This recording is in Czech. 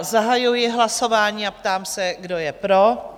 Zahajuji hlasování a ptám se, kdo je pro?